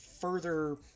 further